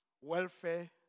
welfare